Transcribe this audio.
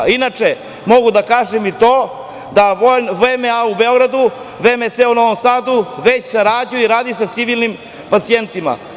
Inače, mogu da kažem i to da VMA u Beogradu, VMC u Novom Sadu već sarađuje i radi sa civilnim pacijentima.